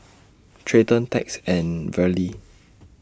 Treyton Tex and Verle